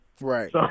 Right